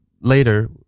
later